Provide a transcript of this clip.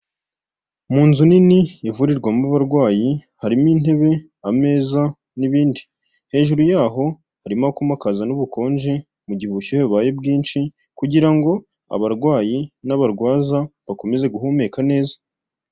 Mu nzu nini ivurirwamo abarwayi, harimo intebe, ameza n'ibindi. Hejuru yaho, harimo akuma kazana ubukonje mu gihe ubushyuhe bubaye bwinshi kugira ngo abarwayi n'abarwaza bakomeze guhumeka neza.